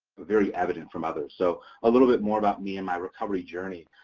very evident from others. so a little bit more about me and my recovery journey.